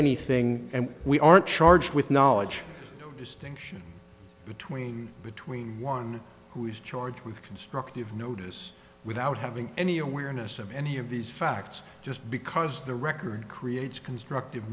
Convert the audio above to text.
anything and we are charged with knowledge distinction between between one who is charged with constructive notice without having any awareness of any of these facts just because the record creates constructive